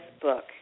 book